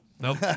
nope